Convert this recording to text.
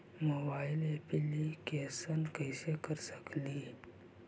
Mobile application कैसे कर सकेली?